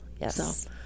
Yes